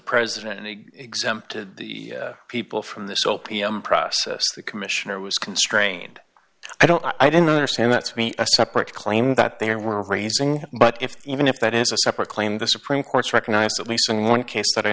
president and he examined the people from this opium process the commissioner was constrained i don't i don't understand that's me a separate claim that they were raising but if even if that is a separate claim the supreme court's recognized at least in one case